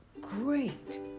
great